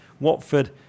Watford